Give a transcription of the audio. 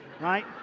right